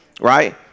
Right